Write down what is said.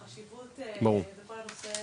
החשיבות בכל הנושא